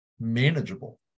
manageable